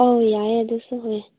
ꯑꯧ ꯌꯥꯏꯌꯦ ꯑꯗꯨꯁꯨ ꯍꯣꯏ